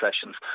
sessions